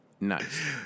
nice